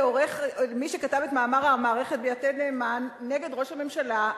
למי שכתב את מאמר המערכת ב"יתד נאמן" נגד ראש הממשלה,